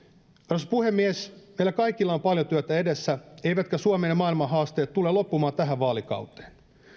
arvoisa puhemies meillä kaikilla on paljon työtä edessä eivätkä suomen ja maailman haasteet tule loppumaan tähän vaalikauteen